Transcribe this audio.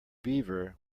beaver